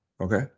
Okay